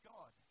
God